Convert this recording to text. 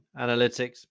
analytics